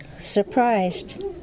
surprised